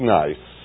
nice